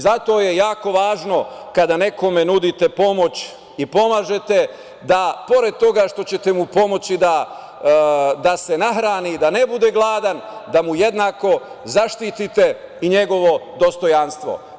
Zato je jako važno kada nekome nudite pomoć i pomažete, da pored toga što ćete mu pomoći da se nahrani i da ne bude gladan, da mu jednako zaštitite i njegovo dostojanstvo.